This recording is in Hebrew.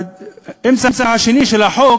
החלק השני של החוק